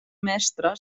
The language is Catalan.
mestra